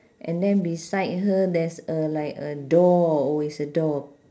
and then beside her there's a like a door oh it's a door